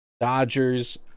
Dodgers